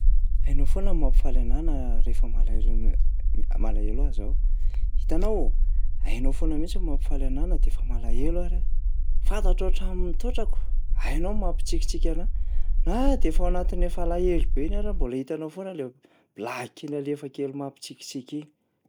Hainao foana ny mampifaly anahy na rehefa malahelo an- malahelo aza aho. Hitanao, hainao foana mihitsy ny mampifaly anahy na de efa malahelo ary ahy. Fantatrao hatramin'ny toetrako, hainao ny mampitsikitsiky anahy. Na de efa ao anatin'ny efa alahelo be iny ary aho mbola hitanao foana lay blagy kely alefa kely mampitsikitsiky iny.